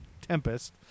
Tempest